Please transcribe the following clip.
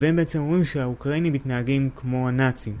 והם בעצם רואים שהאוקראינים מתנהגים כמו הנאצים